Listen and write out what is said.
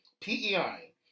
PEI